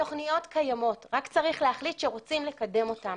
התכניות קיימות, רק צריך להחליט שרוצים לקדם אותן.